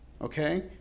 Okay